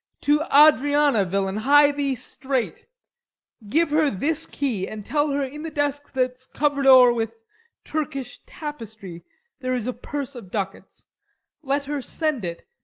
to adriana, villain, hie thee straight give her this key, and tell her in the desk that's cover'd o'er with turkish tapestry there is a purse of ducats let her send it.